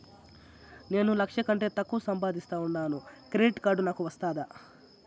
నేను లక్ష కంటే తక్కువ సంపాదిస్తా ఉండాను క్రెడిట్ కార్డు నాకు వస్తాదా